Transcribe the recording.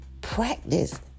practice